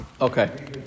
Okay